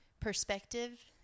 Perspective